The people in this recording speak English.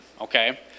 okay